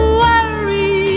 worry